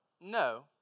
no